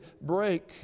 break